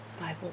Bible